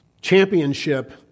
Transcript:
championship